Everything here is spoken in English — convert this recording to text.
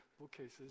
bookcases